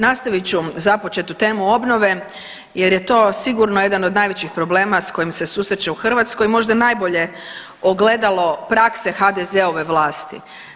Nastavit ću započetu temu obnove jer je to sigurno jedan od najvećih problema s kojim se susreće u Hrvatskoj, možda najbolje ogledalo prakse HDZ-ove vlasti.